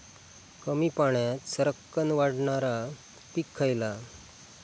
कमी पाण्यात सरक्कन वाढणारा पीक खयला?